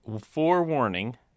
forewarning